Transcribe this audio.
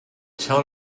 tell